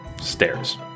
stairs